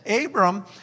Abram